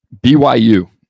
BYU